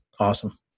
Awesome